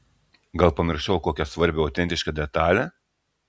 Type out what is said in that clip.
gal pamiršau kokią svarbią autentišką detalę